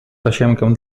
tasiemkę